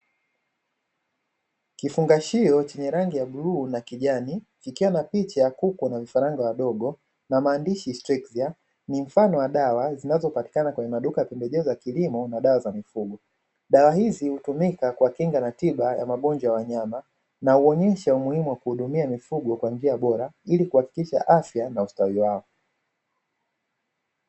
Kifungashio chenye rangi ya bluu na kijani kikiwa na picha ya kuku na vifaranga wadogo na maandishi strekiya ni mfano wa dawa zinazopatikana kwenye maduka ya pembejeo za kilimo na dawa za mifugo, dawa hizi hutumika kwa kinga na tiba ya magonjwa ya wanyama na huonesha umuhimu wa kuhudumia mifugo kwa njia bora ili kuhakikisha afya na ustawi wao.